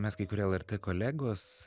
mes kai kurie lrt kolegos